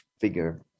figure